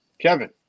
Kevin